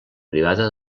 privada